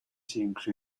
community